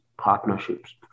partnerships